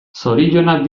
zorionak